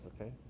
okay